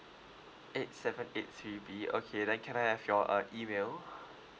eight seven eight three B okay then can I have your uh email